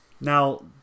Now